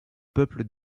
peuple